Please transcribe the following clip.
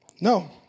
No